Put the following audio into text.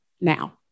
now